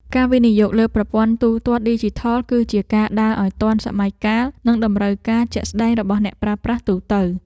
ការវិនិយោគលើប្រព័ន្ធទូទាត់ឌីជីថល គឺជាការដើរឱ្យទាន់សម័យកាលនិងតម្រូវការជាក់ស្ដែងរបស់អ្នកប្រើប្រាស់ទូទៅ។